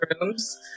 rooms